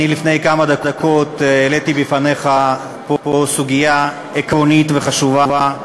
אני לפני כמה דקות העליתי בפניך פה סוגיה עקרונית וחשובה: